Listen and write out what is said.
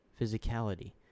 Physicality